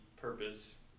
purpose